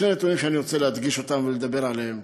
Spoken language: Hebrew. שני נתונים שאני רוצה להדגיש אותם ולדבר עליהם.